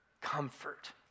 Comfort